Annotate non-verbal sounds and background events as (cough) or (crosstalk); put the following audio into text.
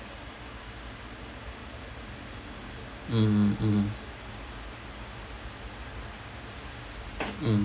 mmhmm mmhmm (noise) mm